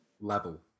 level